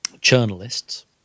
journalists